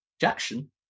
Jackson